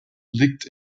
liegt